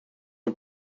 een